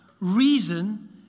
Reason